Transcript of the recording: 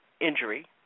injury